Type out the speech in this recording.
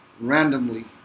randomly